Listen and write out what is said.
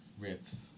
Riffs